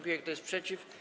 Kto jest przeciw?